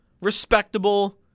respectable